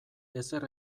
ezer